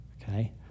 Okay